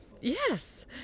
Yes